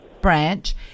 branch